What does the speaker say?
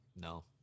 No